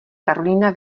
karolína